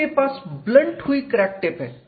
आपके पास ब्लंट हुई क्रैक टिप है